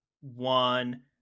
one